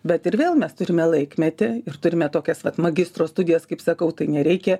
bet ir vėl mes turime laikmetį ir turime tokias vat magistro studijas kaip sakau tai nereikia